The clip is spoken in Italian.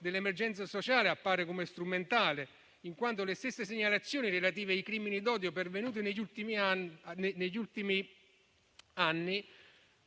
dell'emergenza sociale appaia strumentale, in quanto le stesse segnalazioni relative ai crimini di odio pervenute negli ultimi